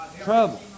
trouble